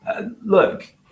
Look